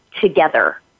together